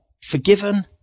forgiven